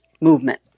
movement